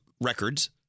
records